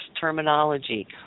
terminology